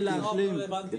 העוף לא רלוונטי.